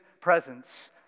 presence